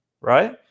right